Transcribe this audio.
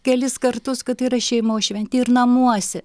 kelis kartus kad tai yra šeimos šventė ir namuose